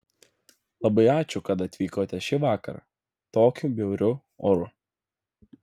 labai ačiū kad atvykote šįvakar tokiu bjauriu oru